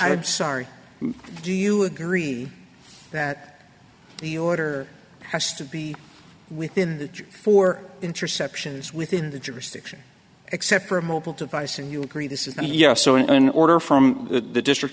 i'm sorry do you agree that the order has to be within the four interceptions within the jurisdiction except for a mobile device and you agree this is a yes so an order from the district